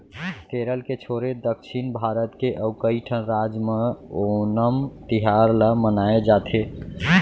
केरल के छोरे दक्छिन भारत के अउ कइठन राज म ओनम तिहार ल मनाए जाथे